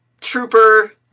trooper